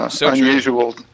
unusual